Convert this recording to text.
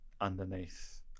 underneath